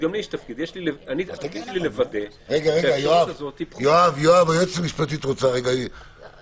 --- בדיון